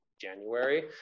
January